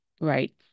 right